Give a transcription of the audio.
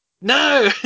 No